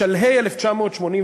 בשלהי 1981,